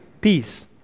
peace